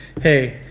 hey